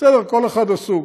בסדר, כל אחד עסוק.